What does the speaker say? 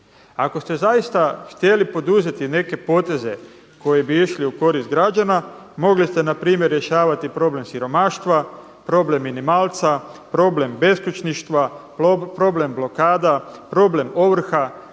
Ako ste zaista htjeli poduzeti neke poteze koji bi išli u korist građana mogli ste npr. rješavati problem siromaštva, problem minimalca, problem beskućništva, problem blokada, problem ovrha,